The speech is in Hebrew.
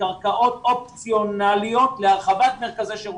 קרקעות אופציונאליות להרחבת מרכזי שירותים.